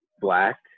Black